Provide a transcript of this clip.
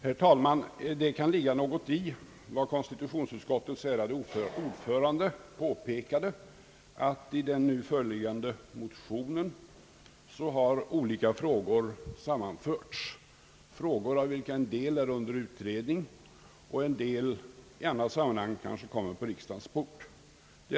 Herr talman! Det kan ligga något i vad konstitutionsutskottets ärade ordförande påpekade om att olika frågor sammanförts i den nu föreliggande motionen — frågor av vilka en del är under utredning och en del i annat sammanhang kanske kommer på riksdagens bord.